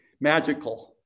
magical